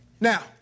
Now